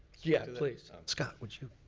yeah, please. scott, would you.